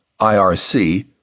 IRC